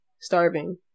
starving